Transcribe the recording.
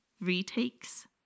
retakes